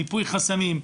מיפוי חסמים,